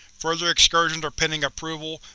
further excursions are pending approval,